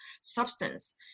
substance